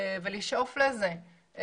ולשאוף לזה.